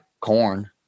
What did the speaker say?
Corn